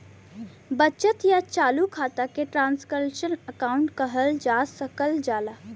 बचत या चालू खाता के ट्रांसक्शनल अकाउंट कहल जा सकल जाला